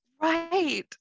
right